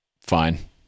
fine